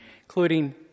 including